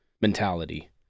mentality